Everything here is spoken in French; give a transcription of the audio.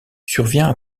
survient